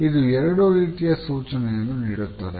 ಇದು ಎರಡು ರೀತಿಯ ಸೂಚನೆಯನ್ನು ನೀಡುತ್ತದೆ